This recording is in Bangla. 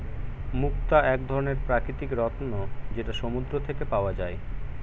মুক্তা এক ধরনের প্রাকৃতিক রত্ন যেটা সমুদ্র থেকে পাওয়া যায়